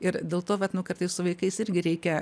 ir dėl to vat nu kartais su vaikais irgi reikia